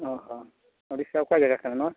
ᱚᱻ ᱦᱚᱸ ᱳᱰᱤᱥᱟ ᱚᱠᱟ ᱡᱟᱭᱜᱟ ᱠᱟᱱᱟ ᱱᱚᱣᱟ